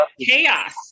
chaos